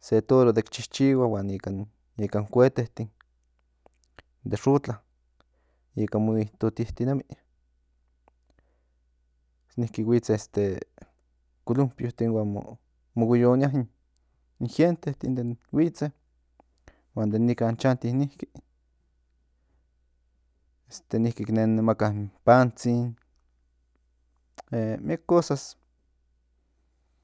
se toro dek chichihua huan ikan in kuetetin de xotla ika mo itotinemi niki huits culompitin huan mo huiyonia inngente den huitze huan den nikan chanti niki niki nen nemaka in pantsin miek cosas